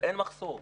ואין מחסור,